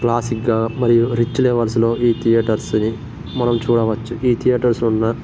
క్లాసిక్గా మరియు రిచ్ లెవల్స్లో ఈ థియేటర్స్ని మనం చూడవచ్చు ఈ థియేటర్స్ ఉన్న